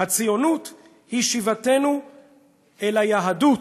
הציונות היא שיבתנו אל היהדות,